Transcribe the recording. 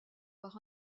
par